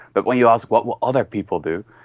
but when you ask what would other people do,